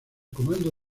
comando